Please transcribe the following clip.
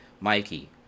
Mikey